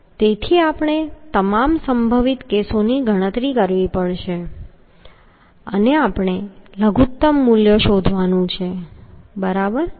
તેથી આપણે તમામ સંભવિત કેસોની ગણતરી કરવી પડશે અને આપણે લઘુત્તમ મૂલ્ય શોધવાનું છે બરાબર